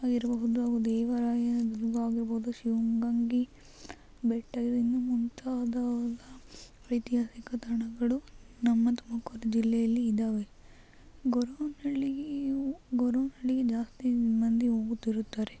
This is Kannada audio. ಆಗಿರಬಹುದು ಅವು ದೇವರಾಯನದುರ್ಗ ಆಗಿರಬಹುದು ಶಿವಗಂಗೆ ಬೆಟ್ಟ ಇನ್ನೂ ಮುಂತಾದ ಐತಿಹಾಸಿಕ ತಾಣಗಳು ನಮ್ಮ ತುಮಕೂರು ಜಿಲ್ಲೆಯಲ್ಲಿ ಇದಾವೆ ಗೊರವನಹಳ್ಳಿಗೆ ಗೊರವನಹಳ್ಳಿಗೆ ಜಾಸ್ತಿ ಮಂದಿ ಹೋಗುತ್ತಿರುತ್ತಾರೆ